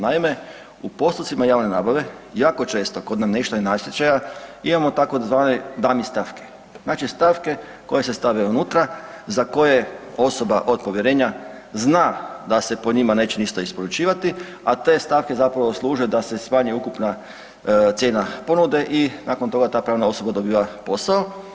Naime, u postupcima javne nabave jako često kod namještanja natječaja imamo tzv. … stavke, znači stavke koje se stave unutra za koje osoba od povjerenja zna da se po njima neće ništa isporučivati, a te stavke zapravo služe da se smanji ukupna cijena ponude i nakon toga ta pravna osoba dobiva posao.